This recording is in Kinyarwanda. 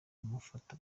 kumufata